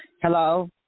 Hello